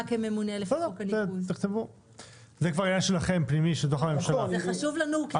כממונה לפי חוק הניקוז - זה חשוב לנו.